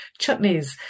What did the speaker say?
chutneys